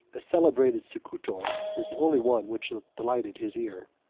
a celebrated secutor, was the only one which delighted his ear.